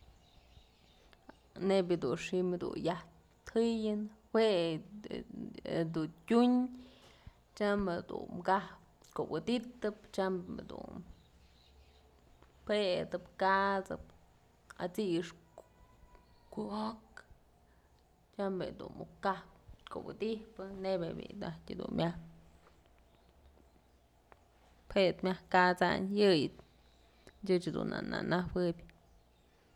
Nebyä dun xi'im yajtëyën jue da dun tyun tyam jedun kap kuwëdytëp tyam jedun betëp kasëp at'six ku'ok tyam bi'i dun muk kapkuwëdyjpë nebyë bii najtyë dun myaj pet myak kasayn yëyëch ëch dun na najuëb.